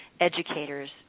educators